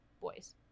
boys